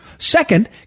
Second